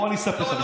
בוא אני אספר לך.